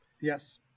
Yes